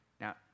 Now